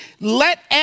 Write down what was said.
let